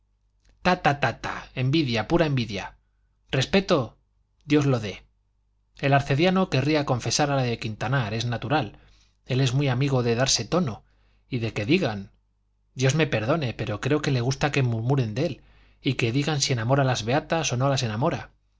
ta ta envidia pura envidia respeto dios lo dé el arcediano querría confesar a la de quintanar es natural él es muy amigo de darse tono y de que digan dios me perdone pero creo que le gusta que murmuren de él y que digan si enamora a las beatas o no las enamora